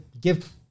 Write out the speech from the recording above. give